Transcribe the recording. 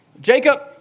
Jacob